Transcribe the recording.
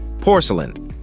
Porcelain